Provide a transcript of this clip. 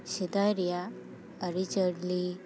ᱥᱮᱫᱟᱭ ᱨᱮᱭᱟᱜ ᱟᱹᱨᱤᱼᱪᱟᱹᱞᱤ